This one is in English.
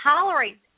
tolerate